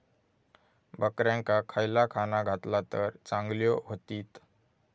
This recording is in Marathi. बकऱ्यांका खयला खाणा घातला तर चांगल्यो व्हतील?